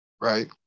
right